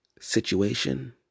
situation